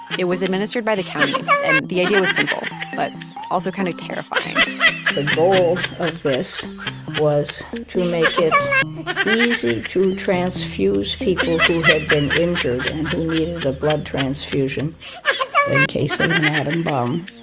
it was administered by the county and the idea was simple but also kind of terrifying the goal of this was and to make it easy to transfuse people who had been injured and who needed a blood transfusion in case of an atom bomb